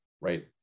right